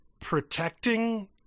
protecting